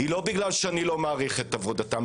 לא כי אני לא מעריך את עבודתם.